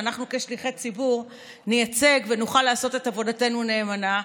שאנחנו כשליחי ציבור נייצג ונוכל לעשות את עבודתנו נאמנה,